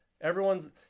everyone's